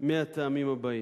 מהטעמים הבאים: